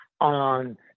on